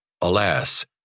Alas